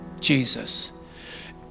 Jesus